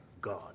God